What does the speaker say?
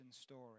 story